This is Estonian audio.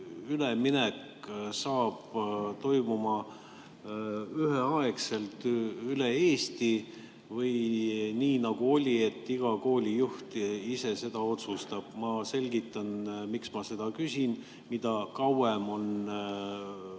üleminek saab nüüd toimuma üheaegselt üle Eesti või nii, nagu oli, et iga koolijuht ise otsustab? Ma selgitan, miks ma seda küsin. Mida kauem on klass